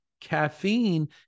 caffeine